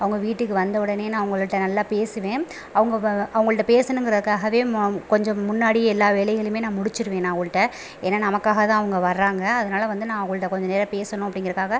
அவங்க வீட்டுக்கு வந்த உடனே நான் அவங்களுட்ட நல்லா பேசுவேன் அவங்க அவங்கள்ட்ட பேசணுங்கிறக்காகவே மாம் கொஞ்சம் முன்னாடியே எல்லா வேலைகளையுமே நான் முடிச்சுருவேன் நான் ஓள்ட்ட ஏன்னால் நமக்காக தான் அவங்க வராங்க அதனால் வந்து நான் அவங்கள்ட்ட கொஞ்ச நேரம் பேசணும் அப்படிங்கிறக்காக